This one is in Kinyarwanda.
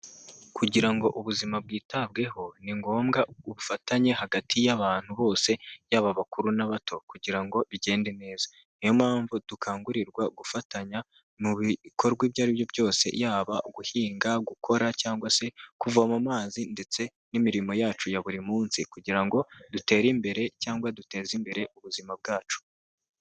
Kugira ngo ubuzima bwitabweho ni ngombwa ubufatanye hagati y'abantu bose yaba abakuru n'abato kugira ngo bigende neza, niyo mpamvu dukangurirwa gufatanya mu bikorwa ibyo aribyo byose yaba guhinga, gukora cyangwa se kuvoma amazi ndetse n'imirimo yacu ya buri munsi kugira ngo dutere imbere cyangwa duteze imbere ubuzima bwacu.